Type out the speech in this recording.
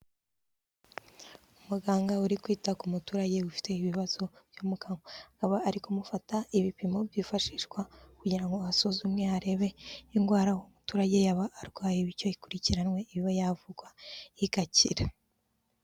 Umuganga uri kwita ku muturage ufite ibibazo byo mu kanwa, akaba ari kumufata ibipimo byifashishwa kugira ngo asuzumwe arebe indwara umuturage yaba arwaye, bityo ikurikiranywe ibe yavurwa igakira.